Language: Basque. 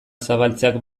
zabaltzeak